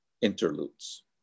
interludes